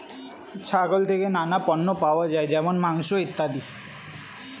ছাগল থেকে নানা পণ্য পাওয়া যায় যেমন মাংস, ইত্যাদি